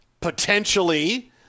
potentially